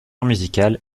musical